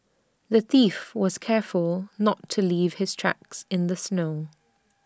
the thief was careful not to leave his tracks in the snow